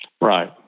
Right